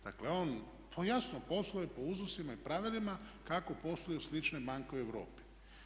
Dakle, on to jasno posluje po uzusima i pravilima kako posluju slične banke u Europi.